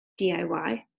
DIY